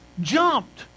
jumped